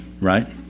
right